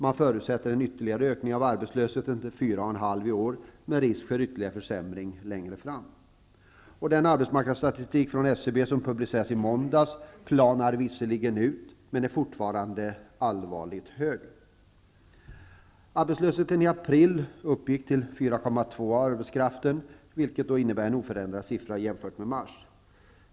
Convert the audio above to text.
Där förutsätts en ytterligare ökning av arbetslösheten till 4,5 % i år med risk för ytterligare försämring längre fram. SCB:s arbetsmarknadsstatistik, som publicerades i måndags, visar visserligen att arbetslösheten planar ut, men den är fortfarande allvarligt hög. Arbetslöheten i april uppgick till 4,2 % av arbetskraften, vilket innebär en oförändrad siffra jämfört med mars.